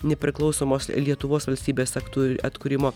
nepriklausomos lietuvos valstybės aktų atkūrimo